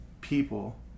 people